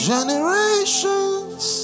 Generations